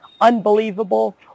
unbelievable